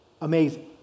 amazing